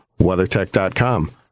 WeatherTech.com